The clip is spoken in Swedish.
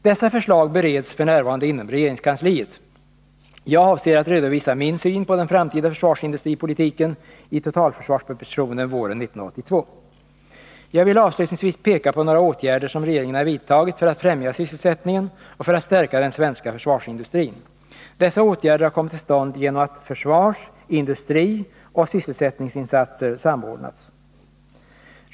Dessa förslag bereds f. n. inom regeringskansliet. Jag avser att redovisa min syn på den framtida försvarsindustripolitiken i totalförsvarspropositionen våren 1982. Jag vill avslutningsvis peka på några åtgärder som regeringen har vidtagit för att främja sysselsättningen och för att stärka den svenska försvarsindustrin. Dessa åtgärder har kommit till stånd genom att försvars-, industrioch sysselsättningsinsatser samordnats.